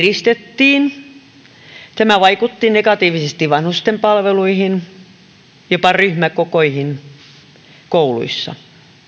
kiristettiin tämä vaikutti negatiivisesti vanhusten palveluihin jopa ryhmäkokoihin kouluissa